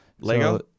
Lego